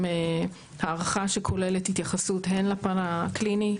הערכה שכוללת התייחסות הן לפן הקליני,